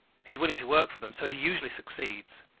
he is willing to work for them, so he usually succeeds.